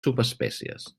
subespècies